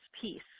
peace